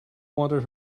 wanted